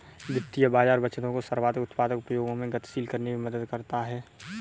वित्तीय बाज़ार बचतों को सर्वाधिक उत्पादक उपयोगों में गतिशील करने में मदद करता है